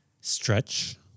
stretch